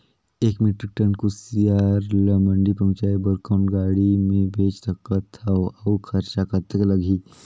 एक metric ton कुसियार ल मंडी पहुंचाय बर कौन गाड़ी मे भेज सकत हव अउ खरचा कतेक लगही?